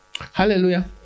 Hallelujah